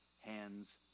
hands